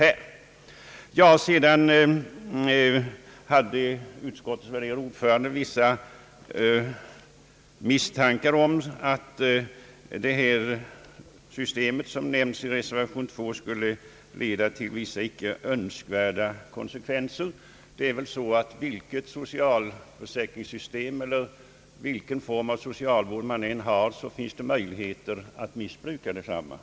Utskottets ordförande hade sedan vissa misstankar om att det system, som nämns i den med II betecknade reservationen, skulle leda till vissa icke önskvärda konsekvenser. Ja, det är väl så att det alltid, vilket socialförsäkringssystem eller vilken form av socialvård man än har, finns möjligheter att missbruka systemet!